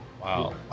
Wow